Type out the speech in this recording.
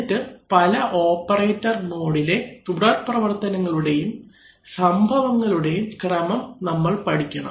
എന്നിട്ട് പല ഓപ്പറേറ്റർ മോഡിലെ തുടർപ്രവർത്തനങ്ങളുടെയും സംഭവങ്ങളുടെയും ക്രമം നമ്മൾ പഠിക്കണം